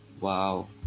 Wow